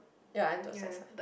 ya Antwerp's nicer